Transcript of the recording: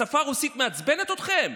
השפה הרוסית מעצבנת אתכם?